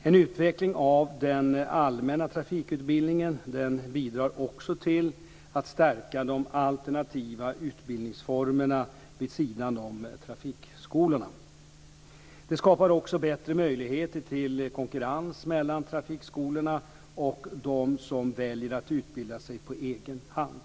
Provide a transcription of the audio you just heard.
En utveckling av den allmänna trafikutbildningen bidrar också till att stärka de alternativa utbildningsformerna vid sidan om trafikskolorna. Det skapar också bättre möjligheter till konkurrens mellan trafikskolorna och dem som väljer att utbilda sig på egen hand.